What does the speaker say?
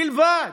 בלבד.